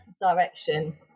direction